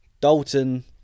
Dalton